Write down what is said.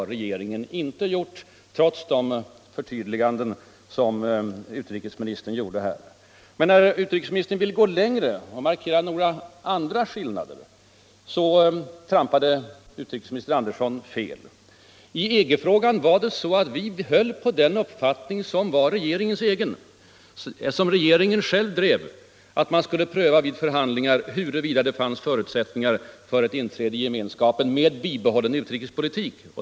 Det har regeringen inte gjort trots de förtydliganden som utrikesministern kom med nyss. Men när utrikesministern ville markera några andra skillnader trampade utrikesministern fel. I EG-frågan höll vi moderater på den uppfattning som regeringen själv drev, att man vid förhandlingar skulle pröva huruvida det fanns förutsättningar för ett inträde i gemenskapen med bibehållen utrikespolitik.